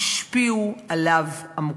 השפיעו עליו עמוקות.